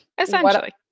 essentially